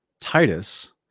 Titus